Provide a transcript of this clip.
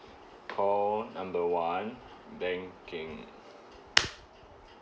call number one banking